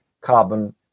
carbon